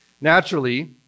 Naturally